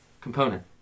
component